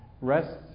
rest